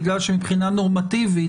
בגלל שמבחינה נורמטיבית,